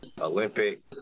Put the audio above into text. Olympic